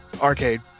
arcade